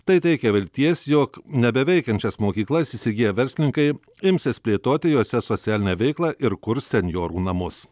tai teikia vilties jog nebeveikiančias mokyklas įsigiję verslininkai imsis plėtoti jose socialinę veiklą ir kurs senjorų namus